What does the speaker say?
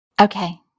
Okay